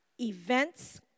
events